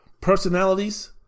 personalities